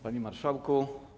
Panie Marszałku!